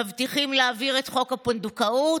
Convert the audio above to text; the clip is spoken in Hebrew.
מבטיחים להעביר את חוק הפונדקאות,